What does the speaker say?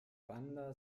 bandar